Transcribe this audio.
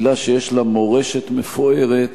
קהילה שיש לה מורשת מפוארת,